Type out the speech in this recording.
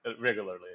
regularly